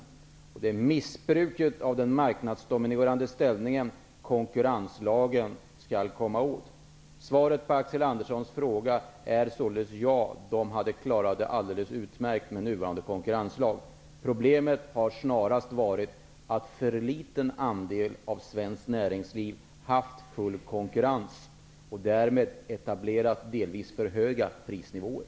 Konkurrenslagen skall komma åt missbruket av den marknadsdominerande ställningen. Svaret på Axel Anderssons frågor är således: Ja, de hade klarat det alldeles utmärkt med den nya konkurrenslagen. Problemet har snarast varit att en för liten andel av svenskt näringsliv har varit utsatt för full konkurrens och därmed etablerat delvis för höga prisnivåer.